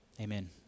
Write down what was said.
Amen